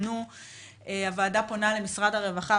לכן הוועדה פונה למשרד הרווחה,